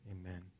Amen